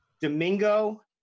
domingo